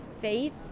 faith